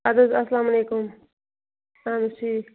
اَدٕ حظ السلام علیکُم اَدٕ حظ ٹھیٖک